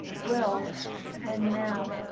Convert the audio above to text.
well and now,